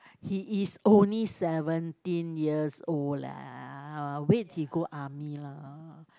he is only seventeen years old leh wait he go army lah